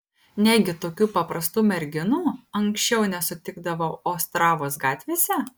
negi tokių paprastų merginų anksčiau nesutikdavau ostravos gatvėse